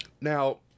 Now